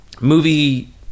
movie